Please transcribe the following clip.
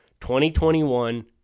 2021